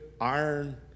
iron